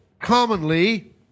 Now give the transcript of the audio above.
commonly